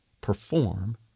perform